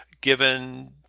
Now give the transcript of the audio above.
given